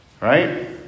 Right